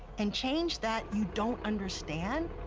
and change that you don't understand.